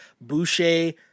Boucher